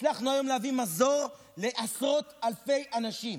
הצלחנו היום להביא מזור לעשרות אלפי אנשים.